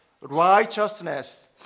righteousness